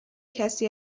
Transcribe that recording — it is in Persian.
کسی